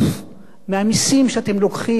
מהמסים שאתם לוקחים מהעניים,